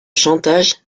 chantage